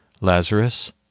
Lazarus